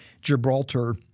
Gibraltar